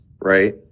right